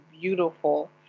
beautiful